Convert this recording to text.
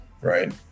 right